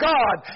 God